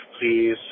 please